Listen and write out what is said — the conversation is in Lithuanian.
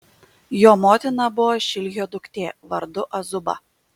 jo motina buvo šilhio duktė vardu azuba